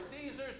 Caesar's